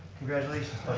congratulations